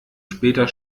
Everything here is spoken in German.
später